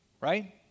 right